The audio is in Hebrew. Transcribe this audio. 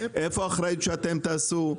איפה האחריות שאתם תעשו.